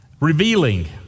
revealing